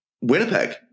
Winnipeg